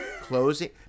closing